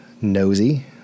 Nosy